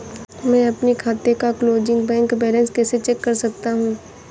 मैं अपने खाते का क्लोजिंग बैंक बैलेंस कैसे चेक कर सकता हूँ?